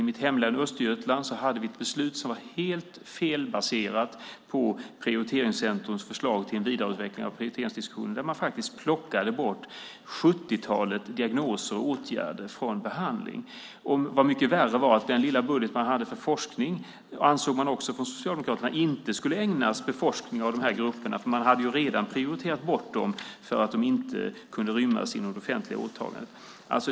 I mitt hemlän Östergötland hade vi ett beslut som var helt felbaserat på Prioriteringscentrums förslag till en vidareutveckling av prioriteringsdiskussionen där man faktiskt plockade bort ett sjuttiotal diagnoser och åtgärder från behandling. Än värre var att den lilla budget man hade för forskning, ansåg man också från Socialdemokraterna, inte skulle ägnas beforskning av dessa grupper, för man hade ju redan prioriterat bort dem för att de inte kunde rymmas inom det offentliga åtagandet.